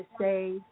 say